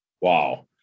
Wow